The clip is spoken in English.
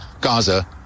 Gaza